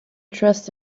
trust